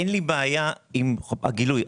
אין לי בעיה עם הגילוי.